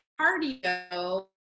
cardio